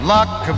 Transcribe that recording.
Luck